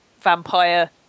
vampire